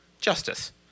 justice